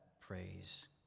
praise